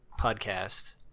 podcast